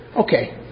Okay